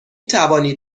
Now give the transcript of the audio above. توانید